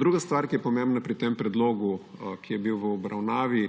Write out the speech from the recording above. Druga stvar, ki je pomembna pri tem predlogu, ki je bil v obravnavi,